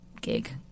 gig